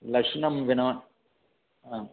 लशुनं विना आम्